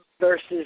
versus